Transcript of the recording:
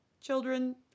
children